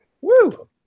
Woo